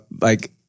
like-